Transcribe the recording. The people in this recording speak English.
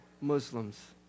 Muslims